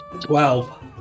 Twelve